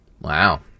Wow